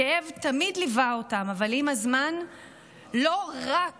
הכאב תמיד ליווה אותם, אבל עם הזמן לא רק